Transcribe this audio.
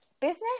business